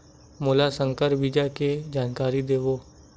मोला संकर बीज के जानकारी देवो?